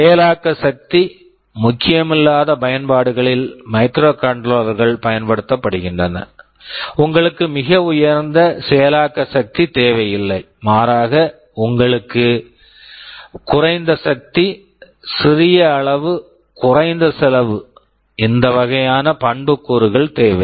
செயலாக்க சக்தி முக்கியமில்லாத பயன்பாடுகளில் மைக்ரோகண்ட்ரோலர் microcontroller கள் பயன்படுத்தப்படுகின்றன உங்களுக்கு மிக உயர்ந்த செயலாக்க சக்தி தேவையில்லை மாறாக உங்களுக்கு குறைந்த சக்தி சிறிய அளவு குறைந்த செலவு இந்த வகையான பண்புக்கூறுகள் தேவை